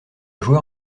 joueur